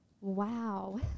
wow